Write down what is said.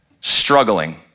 struggling